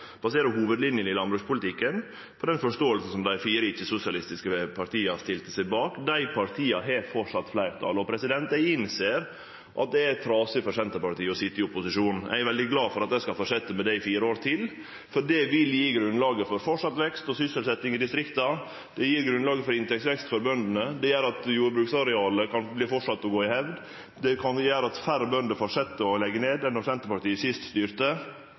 hovudlinjene i landbrukspolitikken på den forståinga som dei fire ikkje-sosialistiske partia stilte seg bak. Dei partia har framleis fleirtal. Eg innser at det er trasig for Senterpartiet å sitje i opposisjon. Eg er veldig glad for at dei skal fortsetje med det i fire år til, for det vil gje grunnlag for vekst og sysselsetjing i distrikta òg i framtida, det gjev grunnlag for inntektsvekst for bøndene, det gjer at jordbruksarealet framleis kan haldast i hevd, det kan gjere at færre bønder legg ned enn då Senterpartiet sist styrte.